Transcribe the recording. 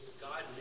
God